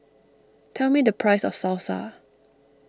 tell me the price of Salsa